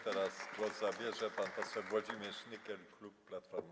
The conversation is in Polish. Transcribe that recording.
Teraz głos zabierze pan poseł Włodzimierz Nykiel, klub Platformy